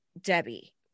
debbie